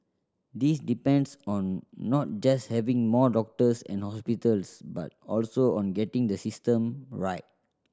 this depends on not just having more doctors and hospitals but also on getting the system right